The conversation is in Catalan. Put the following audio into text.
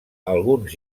alguns